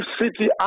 city